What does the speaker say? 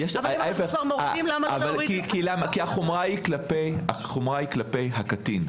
כי החומרה היא כלפי הקטין.